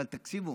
אבל תקשיבו,